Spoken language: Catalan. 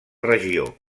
regió